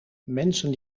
mensen